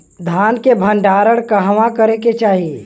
धान के भण्डारण कहवा करे के चाही?